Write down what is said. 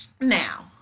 now